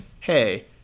hey